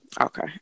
Okay